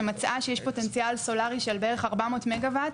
שמצאה שיש בשטחי המועצה פוטנציאל סולרי של בערך 400 מגה-וואט,